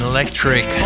Electric